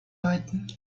läuten